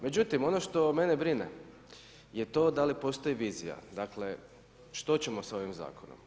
Međutim ono što mene brine je to da li postoji vizija, dakle što ćemo s ovim zakonom?